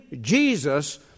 Jesus